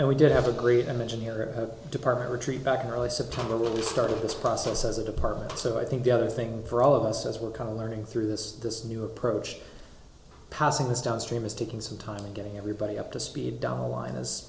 and we did have agreed and engineering department retreat back in early september we started this process as a department so i think the other thing for all of us as we're kind of learning through this this new approach passing this downstream is taking some time getting everybody up to speed down the line as